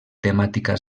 temàtica